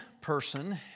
person